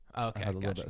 okay